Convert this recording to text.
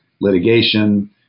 litigation